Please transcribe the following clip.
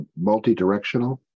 multi-directional